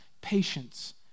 patience